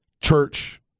church